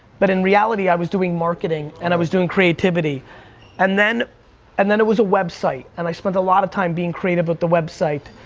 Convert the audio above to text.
but in reality i was doing marketing and i was doing creativity and then and then was a website and i spent a lot of time being creative with the website,